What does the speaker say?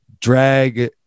drag